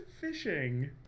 fishing